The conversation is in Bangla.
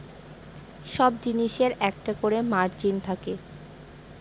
সব জিনিসের একটা করে মার্জিন থাকে